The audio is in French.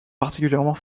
particulièrement